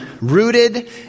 rooted